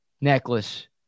necklace